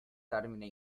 termine